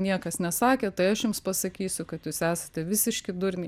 niekas nesakė tai aš jums pasakysiu kad jūs esate visiški durniai